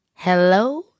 Hello